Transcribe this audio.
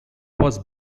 was